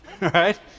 right